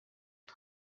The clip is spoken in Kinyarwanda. aba